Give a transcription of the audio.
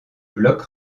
bloc